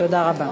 תודה רבה.